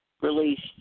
released